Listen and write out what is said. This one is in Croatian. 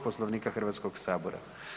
Poslovnika Hrvatskog sabora.